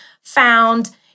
found